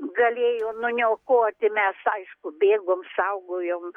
galėjo nuniokoti mes aišku bėgom saugojom